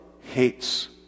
hates